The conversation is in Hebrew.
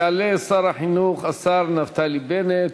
יעלה שר החינוך, השר נפתלי בנט,